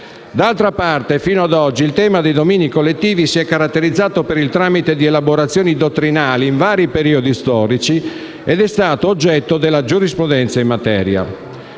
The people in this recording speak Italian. D'altra parte, fino ad oggi il tema dei domini collettivi si è caratterizzato per il tramite di elaborazioni dottrinali in vari periodi storici ed è stato oggetto della giurisprudenza in materia.